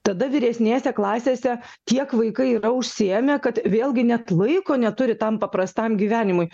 tada vyresnėse klasėse tiek vaikai yra užsiėmę kad vėlgi net laiko neturi tam paprastam gyvenimui